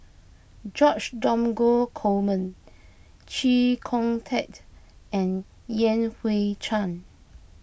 George Dromgold Coleman Chee Kong Tet and Yan Hui Chang